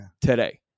today